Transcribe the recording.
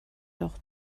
doch